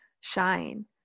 shine